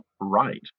right